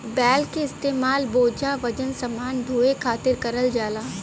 बैल क इस्तेमाल बोझा वजन समान ढोये खातिर करल जाला